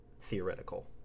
theoretical